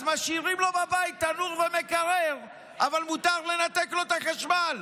אז משאירים לו בבית תנור ומקרר אבל מותר לנתק לו את החשמל,